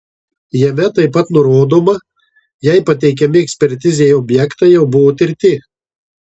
jame taip pat nurodoma jei pateikiami ekspertizei objektai jau buvo tirti